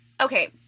Okay